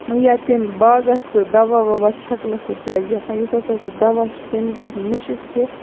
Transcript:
ییٚتہِ باغَس سُہ دَوا وَوا چھَکنَس سۭتۍ کیاہ چھُ گَژھان یُس ہَسا سُہ دَوا چھُ تمِچ یۄس مشک چھِ